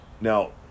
Now